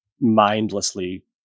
mindlessly